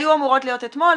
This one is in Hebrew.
היו אמורות להיות אתמול,